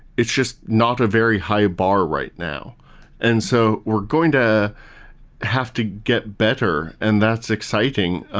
it's just not a very high bar right now and so we're going to have to get better, and that's exciting.